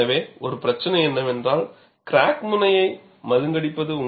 எனவே ஒரு பிரச்சனை என்னவென்றால் கிராக் முனையை மழுங்கடிப்பது